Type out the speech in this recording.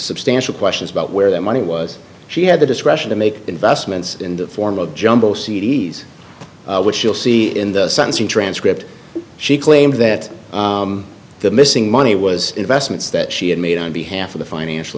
substantial questions about where that money was she had the discretion to make investments in the form of jumbo c d s which you'll see in the sentencing transcript she claimed that the missing money was investments that she had made on behalf of the financial